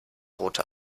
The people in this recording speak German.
rote